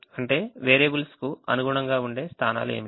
అంటే వేరియబుల్స్ కు అనుగుణంగా ఉండే స్థానాలు ఏమిటి